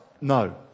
No